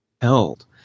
held